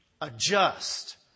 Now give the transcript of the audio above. adjust